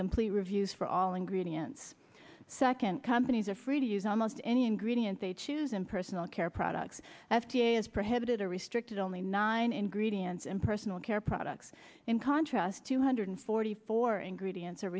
complete reviews for all ingredients second companies are free to use almost any ingredient they choose in personal care products f d a is prohibited are restricted only nine ingredients in personal care products in contrast two hundred forty four ingredients are